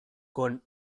con